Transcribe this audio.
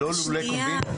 אלה לא לולי קומבינה.